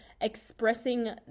expressing